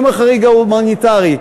עם החריג ההומניטרי,